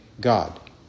God